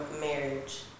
marriage